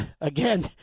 again